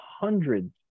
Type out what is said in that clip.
hundreds